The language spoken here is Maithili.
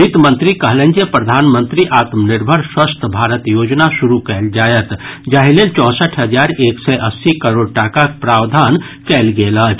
वित्त मंत्री कहलनि जे प्रधानमंत्री आत्मनिर्भर स्वस्थ भारत योजना शुरू कयल जायत जाहि लेल चौंसठि हजार एक सय अस्सी करोड़ टाकाक प्रावधान कयल गेल अछि